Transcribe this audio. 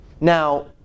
Now